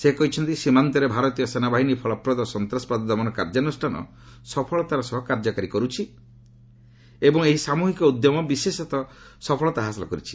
ସେ କହିଛନ୍ତି ସୀମାନ୍ତରେ ଭାରତୀୟ ସେନାବାହିନୀ ଫଳପ୍ରଦ ସନ୍ତାସବାଦ ଦମନ କାର୍ଯ୍ୟାନୁଷ୍ଠାନ ସଫଳତାର ସହ କାର୍ଯ୍ୟକାରୀ କରୁଛି ଏବଂ ଏହି ସାମୁହିକ ଉଦ୍ୟମ ବିଶେଷ ସଫଳତା ହାସଲ କରିଛି